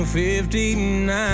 59